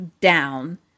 down